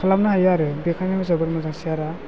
खालामनो हायो आरो बेखायनो जोबोर मोजां सियारा